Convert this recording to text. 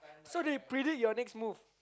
so they predict your next move